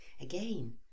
Again